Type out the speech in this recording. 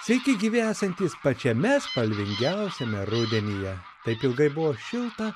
sveiki gyvi esantys pačiame spalvingiausiame rudenyje taip ilgai buvo šilta